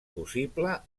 possible